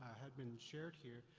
have been shared here,